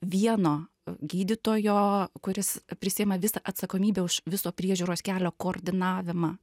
vieno gydytojo kuris prisiima visą atsakomybę už viso priežiūros kelio koordinavimą